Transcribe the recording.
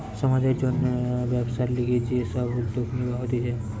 সমাজের জন্যে ব্যবসার লিগে যে সব উদ্যোগ নিবা হতিছে